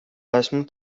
esmu